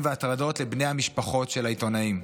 והטרדות לבני המשפחות של העיתונאים.